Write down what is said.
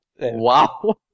Wow